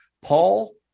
Paul